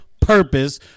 purpose